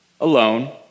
alone